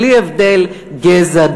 בלי הבדלי גזע,